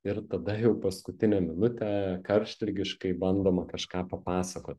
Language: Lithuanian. ir tada jau paskutinę minutę karštligiškai bandoma kažką papasakot